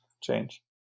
change